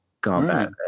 combat